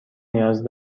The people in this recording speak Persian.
نیاز